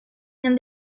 and